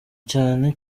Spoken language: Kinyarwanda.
cyane